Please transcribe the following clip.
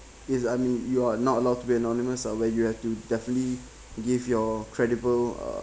is I mean you're not allowed to be anonymous uh where you have to definitely give your credible uh